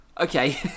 Okay